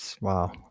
Wow